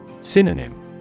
Synonym